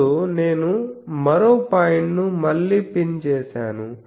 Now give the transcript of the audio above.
ఇప్పుడు నేను మరో పాయింట్ను మళ్ళీ పిన్ చేసాను